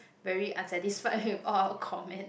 very unsatisfied with all of our comment